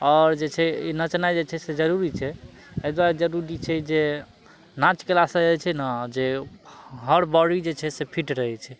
आओर जे छै ई नचनाइ जे छै से जरूरी छै अइ दुआरे जरूरी छै जे नाच कयलासँ जे छै ने जे हर बॉडी जे छै से फिट रहय छै